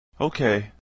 Okay